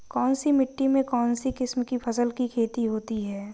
कौनसी मिट्टी में कौनसी किस्म की फसल की खेती होती है?